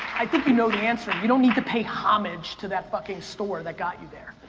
i think you know the answer, we don't need to pay homage to that fucking store that got you there.